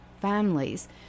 families